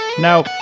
Now